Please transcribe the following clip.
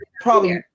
probably-